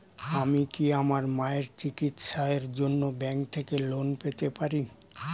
আমি কি আমার মায়ের চিকিত্সায়ের জন্য ব্যঙ্ক থেকে লোন পেতে পারি?